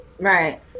Right